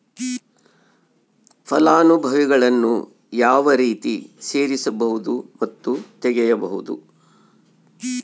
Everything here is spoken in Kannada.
ಫಲಾನುಭವಿಗಳನ್ನು ಯಾವ ರೇತಿ ಸೇರಿಸಬಹುದು ಮತ್ತು ತೆಗೆಯಬಹುದು?